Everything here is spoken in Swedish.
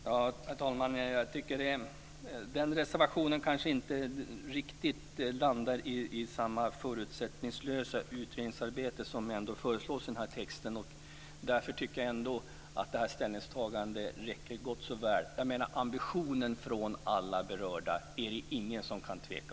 Fru talman! Den reservationen landar inte riktigt i samma förutsättningslösa utredningsarbete som föreslås i texten. Därför tycker jag att ställningstagandet räcker gott. Ingen kan tvivla på ambitionen hos alla berörda.